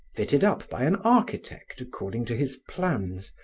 fitted up by an architect according to his plans,